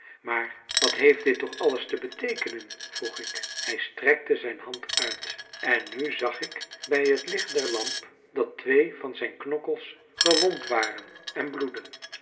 maar wat heeft dit toch alles te beteekenen vroeg ik hij strekte zijn hand uit en nu zag ik bij het licht der lamp dat twee van zijn knokkels gewond waren en bloedden